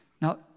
Now